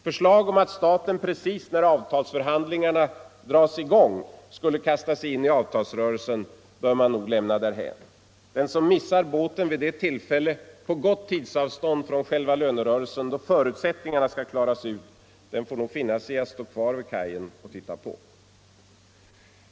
Förslag om att staten precis när avtalsförhandlingarna dras i gång skulle kasta sig in i avtalsrörelsen bör man nog lämna därhän. Den som missar båten vid det tillfälle, på gott tidsavstånd från själva lönerörelsen, då förutsättningarna klaras ut får nog finna sig i att stå kvar vid kajen och titta på.